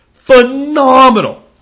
phenomenal